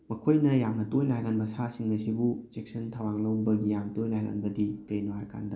ꯃꯈꯣꯏꯅ ꯌꯥꯝꯅ ꯇꯣꯏꯅ ꯍꯥꯏꯒꯟꯕ ꯁꯥꯁꯤꯡ ꯑꯁꯤꯕꯨ ꯆꯦꯛꯁꯤꯟ ꯊꯧꯔꯥꯡ ꯂꯧꯕꯒꯤ ꯌꯥꯝꯅ ꯇꯣꯏꯅ ꯍꯥꯏꯒꯟꯕꯗꯤ ꯀꯩꯅꯣ ꯍꯥꯏꯕ ꯀꯥꯟꯗ